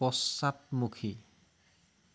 পশ্চাদমুখী